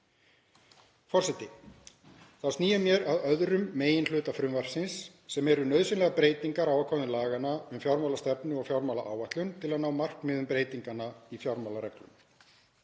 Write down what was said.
Forseti. Þá sný ég mér að öðrum meginhluta frumvarpsins sem eru nauðsynlegar breytingar á ákvæðum laganna um fjármálastefnu og fjármálaáætlun til að ná markmiðum breytinganna á fjármálareglunum.